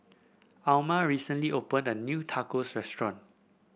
Almyra recently opened a new Tacos Restaurant